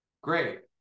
Great